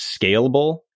scalable